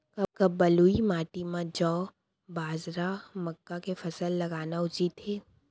का बलुई माटी म जौ, बाजरा, मक्का के फसल लगाना उचित हे?